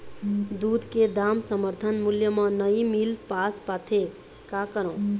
दूध के दाम समर्थन मूल्य म नई मील पास पाथे, का करों?